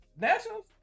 nationals